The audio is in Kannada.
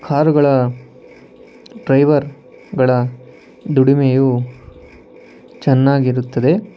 ಕಾರುಗಳ ಡ್ರೈವರ್ಗಳ ದುಡಿಮೆಯೂ ಚೆನ್ನಾಗಿರುತ್ತದೆ